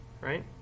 right